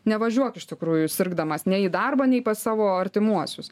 nevažiuok iš tikrųjų sirgdamas nei į darbą nei pas savo artimuosius